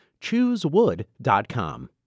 Choosewood.com